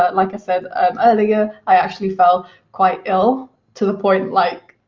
i like said um earlier, i actually fell quite ill to the point like